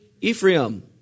Ephraim